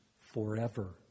forever